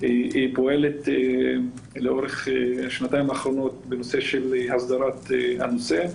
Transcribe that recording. והיא פועלת לאורך השנתיים האחרונות בנושא של הסדרת הנושא.